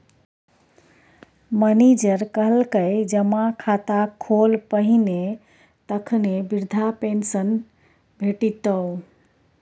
manager कहलकै जमा खाता खोल पहिने तखने बिरधा पेंशन भेटितौ